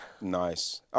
Nice